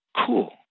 cool